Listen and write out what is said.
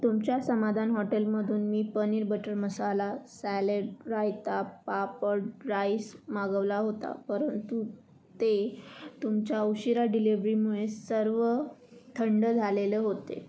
तुमच्या समाधान हॉटेलमधून मी paneer butter masala salad raita papad rice मागवला होता परंतु ते तुमच्या उशिरा डिलेवरीमुळे सर्व थंड झालेले होते